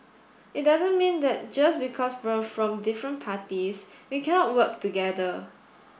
it doesn't mean that just because we're from different parties we cannot work together